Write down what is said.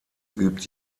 übt